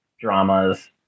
dramas